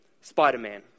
Spider-Man